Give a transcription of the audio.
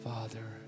Father